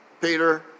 Peter